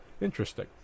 Interesting